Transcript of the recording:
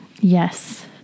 Yes